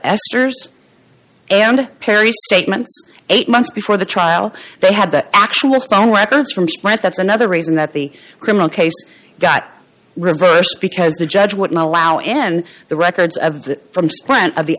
esther's and perry statements eight months before the trial they had the actual phone records from sprint that's another reason that the criminal case got reversed because the judge would not allow n the records of the from sprint of the